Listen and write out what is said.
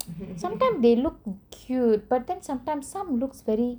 sometimes they look cute but then sometimes some looks very